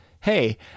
hey